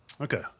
Okay